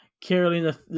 Carolina